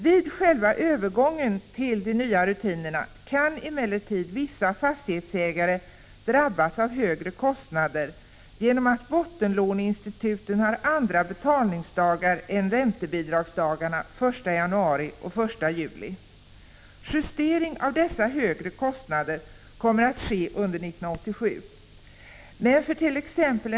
Vid själva övergången till de nya rutinerna kan emellertid vissa fastighetsägare drabbas av högre kostnader genom att bottenlåneinstituten har andra Justering av dessa högre kostnader kommer att ske under 1987. Men fört.ex.